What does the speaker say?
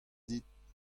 dit